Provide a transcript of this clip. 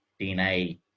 DNA